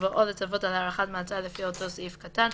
בבואו לצוות על הארכת מעצר לפי אותו סעיף קטן,